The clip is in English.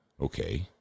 Okay